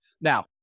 Now